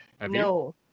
No